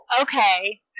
okay